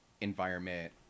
environment